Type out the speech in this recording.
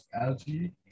algae